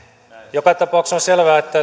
joka tapauksessa on selvää että